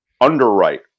underwrite